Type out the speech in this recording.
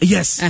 Yes